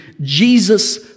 Jesus